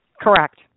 Correct